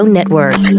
Network